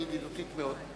והיא ידידותית מאוד.